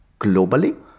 globally